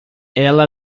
ela